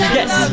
Yes